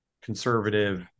conservative